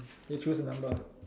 okay choose the number